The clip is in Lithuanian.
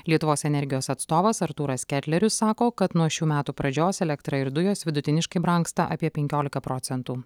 lietuvos energijos atstovas artūras ketlerius sako kad nuo šių metų pradžios elektra ir dujos vidutiniškai brangsta apie penkiolika procentų